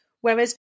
whereas